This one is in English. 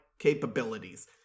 capabilities